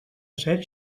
set